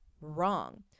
Wrong